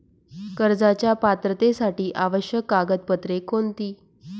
कर्जाच्या पात्रतेसाठी आवश्यक कागदपत्रे कोणती?